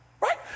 right